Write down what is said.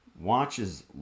Watches